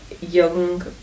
young